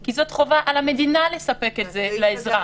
כי זאת חובה על המדינה לספק את זה לאזרח,